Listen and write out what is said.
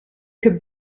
could